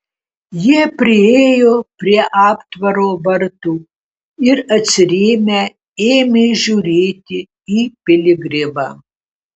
jie priėjo prie aptvaro vartų ir atsirėmę ėmė žiūrėti į piligrimą